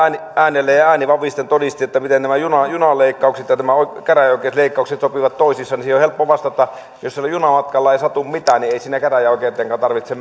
äänellä ja ääni vavisten todisti miten nämä junaleikkaukset ja nämä käräjäoikeusleikkaukset sopivat toisiinsa niin siihen on helppo vastata jos sillä junamatkalla ei satu mitään niin ei siinä käräjäoikeuteenkaan tarvitse